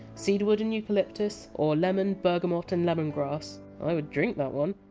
cedarwood and eucalyptus or lemon, bergamot and lemongrass i would drink that one.